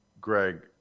Greg